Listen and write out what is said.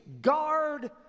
guard